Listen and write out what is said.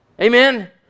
Amen